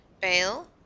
bail